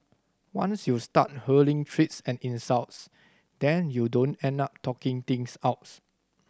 once you start hurling threats and insults then you don't end up talking things outs